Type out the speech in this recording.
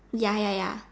ya ya ya